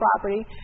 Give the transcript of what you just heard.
property